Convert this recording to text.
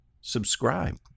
subscribe